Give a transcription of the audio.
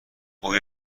اون